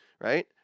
right